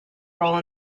role